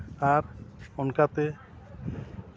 ᱟᱨ ᱚᱱᱠᱟᱛᱮ